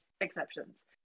exceptions